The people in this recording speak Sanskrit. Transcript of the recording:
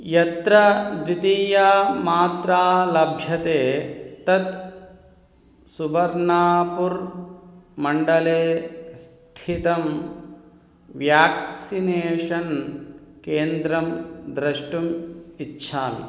यत्र द्वितीया मात्रा लभ्यते तत् सुवर्नापुर् मण्डले स्थितं व्याक्सिनेषन् केन्द्रं द्रष्टुम् इच्छामि